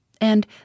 And